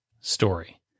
story